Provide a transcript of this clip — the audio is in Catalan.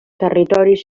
territoris